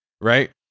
right